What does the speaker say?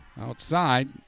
outside